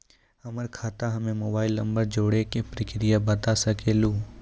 हमर खाता हम्मे मोबाइल नंबर जोड़े के प्रक्रिया बता सकें लू?